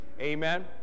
Amen